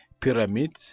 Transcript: Pyramids